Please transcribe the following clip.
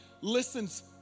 listens